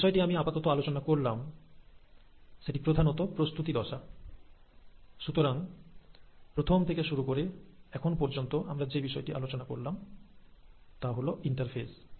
যে বিষয়টি আমি আপাতত আলোচনা করলাম সেটি প্রধানতঃ প্রিপারেটরি ফেজ সুতরাং প্রথম থেকে শুরু করে এখন পর্যন্ত আমরা যে বিষয়টি আলোচনা করলাম তা হল ইন্টারফেস